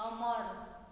अमर